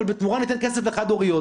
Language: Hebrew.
אבל בתמורה ניתן כסף לחד-הוריות.